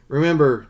Remember